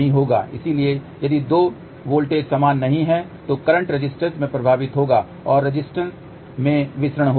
इसलिए यदि दो वोल्टेज समान नहीं हैं तो करंट रेसिस्टर से प्रवाहित होगा और रेसिस्टर में विसरण होगा